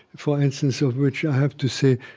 for instance, of which i have to say,